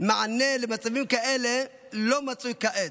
שמענה למצבים כאלה לא מצוי כעת.